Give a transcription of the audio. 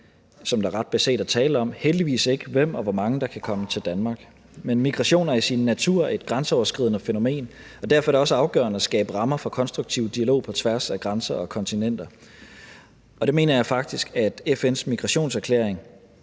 som der ret beset er tale om, heldigvis ikke, hvem og hvor mange der kan komme til Danmark, men migration er i sin natur et grænseoverskridende fænomen, og derfor er det også afgørende at skabe rammer for konstruktiv dialog på tværs af grænser og kontinenter, og det mener jeg faktisk FN's migrationserklæring